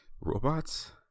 robots